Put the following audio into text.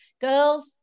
girls